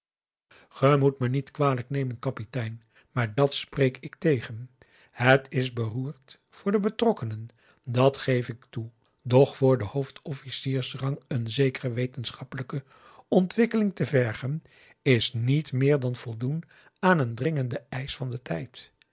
ge moet me niet kwalijk nemen kapitein maar dàt spreek ik tegen het is beroerd voor de betrokkenen dàt geef ik toe doch voor den hoofdofficiersrang een zekere wetenschappelijke ontwikkeling te vergen is niet meer dan voldoen aan een dringenden eisch van den tijd